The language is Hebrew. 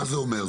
מה זה אומר?